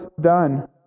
done